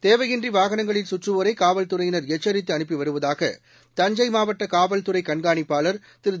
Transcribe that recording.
தேவையின்றி வாகனங்களில் சுற்றுவோரை காவல்துறையினர் எச்சரித்து அனுப்பி வருவதாக தஞ்சை மாவட்ட கண்காணிப்பாளர் காவல்துறை திரூ